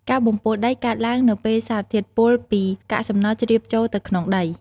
ការបំពុលដីកើតឡើងនៅពេលសារធាតុពុលពីកាកសំណល់ជ្រាបចូលទៅក្នុងដី។